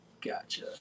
gotcha